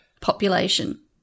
population